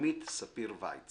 כרמית ספיר ויץ